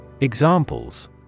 Examples